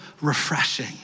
refreshing